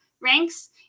ranks